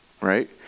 right